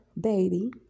baby